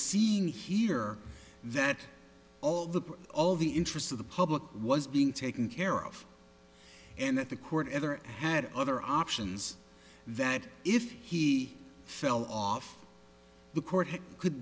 seeing here that all the all the interest of the public was being taken care of and that the court ever had other options that if he fell off the court he could